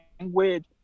language